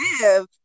live